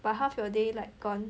but half your day like gone